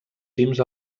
cims